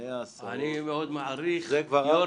זמני ההסעות --- אני מאוד מעריך שיו"ר